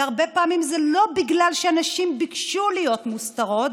והרבה פעמים זה לא בגלל שהנשים ביקשו להיות מוסתרות,